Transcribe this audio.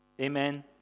Amen